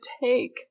take